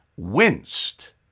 Winced